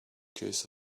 case